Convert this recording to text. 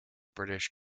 british